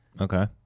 Okay